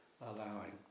allowing